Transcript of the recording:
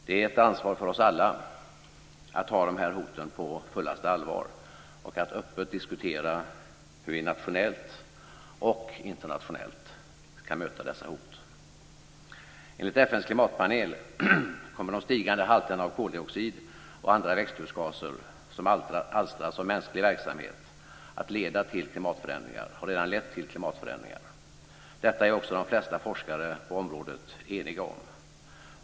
Det är ett ansvar för oss alla att ta de här hoten på fullaste allvar och att öppet diskutera hur vi nationellt och internationellt ska möta dessa hot. Enligt FN:s klimatpanel kommer de stigande halterna av koldioxid och andra växthusgaser som alstras av mänsklig verksamhet att leda, och har redan lett, till klimatförändringar. Detta är också de flesta forskare på området eniga om.